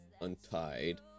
untied